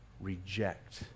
reject